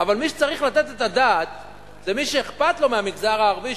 אבל מי שצריך לתת את הדעת זה מי שאכפת לו מהמגזר הערבי.